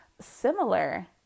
similar